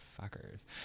fuckers